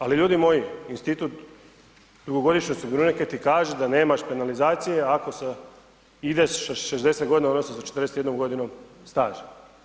Ali ljudi moji, institut dugogodišnjih osiguranika ti kaže da nemaš penalizacije ako ideš sa 60 godina odnosno sa 41. godinom staža.